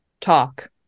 talk